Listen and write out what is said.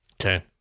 Okay